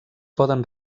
poden